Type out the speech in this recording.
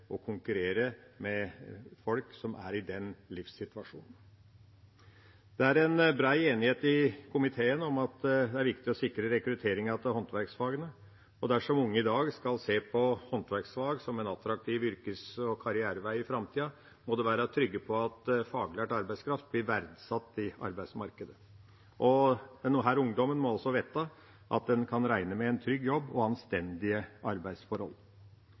konkurrere med folk som er i den livssituasjonen. Det er bred enighet i komiteen om at det er viktig å sikre rekrutteringen til håndverksfagene. Dersom unge i dag skal se på håndverksfag som en attraktiv yrkes- og karrierevei i framtida, må de være trygge på at faglært arbeidskraft blir verdsatt i arbeidsmarkedet. Disse ungdommene må også vite at de kan regne med en trygg jobb og anstendige arbeidsforhold.